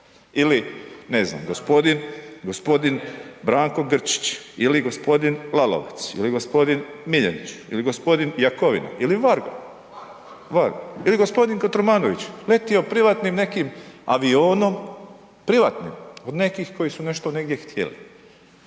ili ne znam g. Branko Grčić ili g. Lalovac ili g. Miljanić ili g. Jakovina ili Varga, Varga ili g. Kotromanović, letio privatnim nekim avionom, privatnim, od nekih koji su nešto negdje htjeli